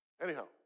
Anyhow